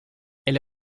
elle